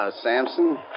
Samson